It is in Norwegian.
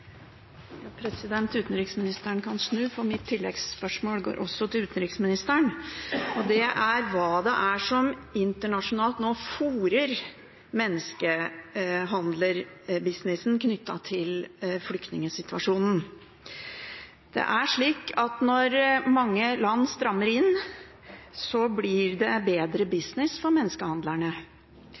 Utenriksministeren kan bli stående, for mitt tilleggsspørsmål går også til ham, og det går på hva det er som internasjonalt nå fôrer menneskehandlerbusinessen knyttet til flyktningsituasjonen. Det er slik at når mange land strammer inn, blir det bedre business for menneskehandlerne.